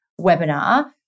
webinar